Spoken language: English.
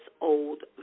old